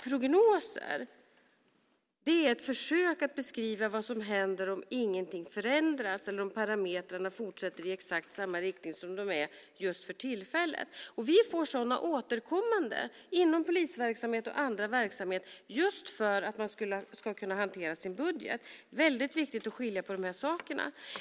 Prognoser är ett försök att beskriva vad som händer om ingenting förändras eller om parametrarna fortsätter i exakt samma riktning som de har just för tillfället. Vi får sådana återkommande inom polisverksamhet och inom annan verksamhet just för att för att man ska kunna hantera sin budget. Det är väldigt viktigt att skilja på de sakerna.